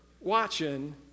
watching